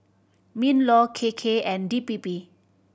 MinLaw K K and D P P